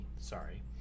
sorry